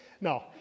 No